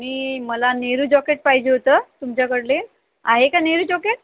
मी मला नेहरू जॉकेट पाहिजे होतं तुमच्याकडले आहे का नेहरू जॉकेट